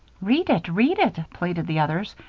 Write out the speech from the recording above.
read it, read it, pleaded the others,